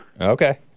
Okay